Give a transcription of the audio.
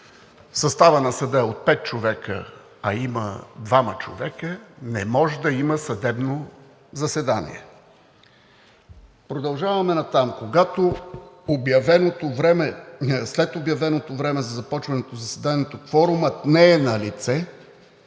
съставът на съда е от пет човека, а има двама човека, не може да има съдебно заседание. Продължавам натам: „Когато след обявеното време за започване на заседанието кворумът не е налице,